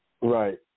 Right